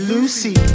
Lucy